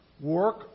Work